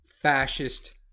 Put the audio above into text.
fascist